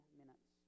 minutes